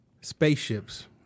spaceships